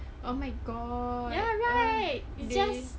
ya ya right it's just